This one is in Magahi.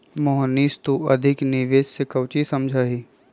मोहनीश तू अधिक निवेश से काउची समझा ही?